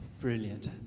Brilliant